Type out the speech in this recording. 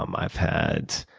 um i've had